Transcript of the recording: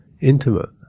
intimate